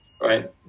right